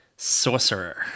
Sorcerer